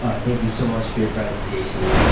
ah thank you so much for your presentation,